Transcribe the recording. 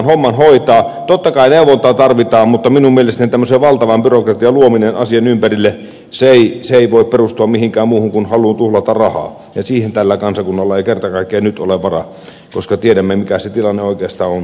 totta kai neuvontaa tarvitaan mutta minun mielestäni tämmöisen valtavan byrokratian luominen asian ympärille ei voi perustua mihinkään muuhun kuin haluun tuhlata rahaa ja siihen tällä kansakunnalla ei kerta kaikkiaan nyt ole varaa koska tiedämme mikä se tilanne oikeastaan on